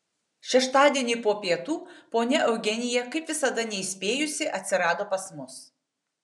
šeštadienį po pietų ponia eugenija kaip visada neįspėjusi atsirado pas mus